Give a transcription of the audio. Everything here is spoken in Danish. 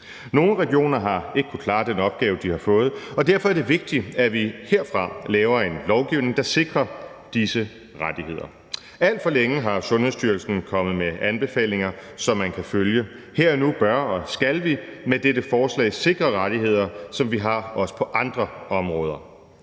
Nogle regioner har ikke kunnet klare den opgave, de har fået, og derfor er det vigtigt, at vi herfra laver en lovgivning, der sikrer disse rettigheder. Alt for længe er Sundhedsstyrelsen kommet med anbefalinger, som man kan følge. Her og nu bør og skal vi med dette forslag sikre rettigheder, som vi også har på andre områder.